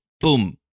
Boom